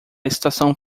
estação